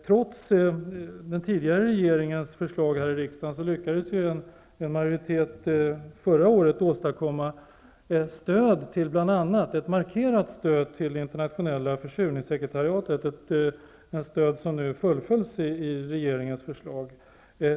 Trots den tidigare regeringens förslag här i riksdagen lyckades en majoritet förra året åstadkomma ett markerat stöd till bl.a. internationella försurningssekretariatet, ett stöd som nu fullföljs i regeringens förslag.